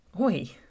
Oi